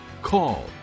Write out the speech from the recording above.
call